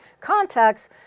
contacts